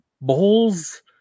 bowls